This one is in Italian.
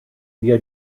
via